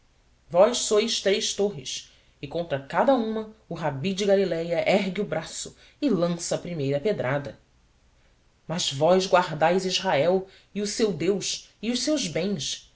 vós sois três torres e contra cada uma o rabi de galiléia ergue o braço e lança a primeira pedrada mas vós guardais israel e o seu deus e os seus bens